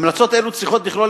המלצות אלה צריכות לכלול,